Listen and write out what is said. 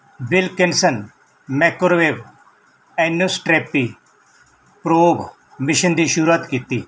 Wilkinson microwave anisotropy probe mission ਦੀ ਸ਼ੁਰੂਆਤ ਕੀਤੀ